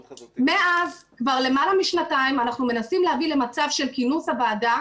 מאז כבר למעלה משנתיים אנחנו מנסים להביא למצב של כינוס הוועדה